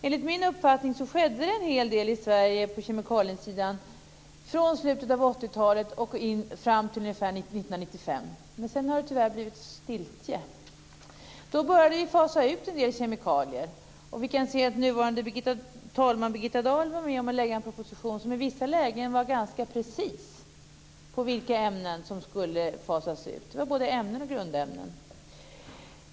Enligt min uppfattning skedde det en hel del i Sverige på kemikaliesidan från slutet av 80-talet och fram till ungefär 1995. Men sedan har det tyvärr blivit stiltje. Då började vi fasa ut en del kemikalier. Nuvarande talman Birgitta Dahl var med om att lägga fram en proposition som i vissa lägen var ganska precis vad gällde vilka ämnen som skulle fasas ut. Det var både ämnen och grundämnen.